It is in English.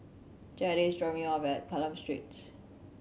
Jetta is dropping me off at Mccallum Street